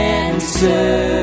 answer